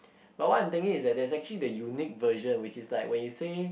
but what I am thinking is that there actually the unique version which is like when you say